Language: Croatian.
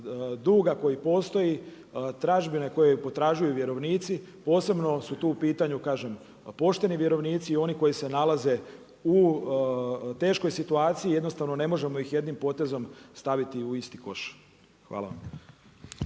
duga koji postoji, tražbine koje potražuju vjerovnici, posebno su tu u pitanju kažem pošteni vjerovnici i oni koji se nalaze u teškoj situaciji, jednostavno ne možemo ih jednim potezom staviti u isti koš. Hvala vam.